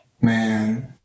Man